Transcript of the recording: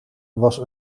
was